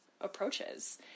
approaches